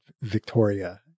victoria